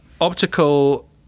optical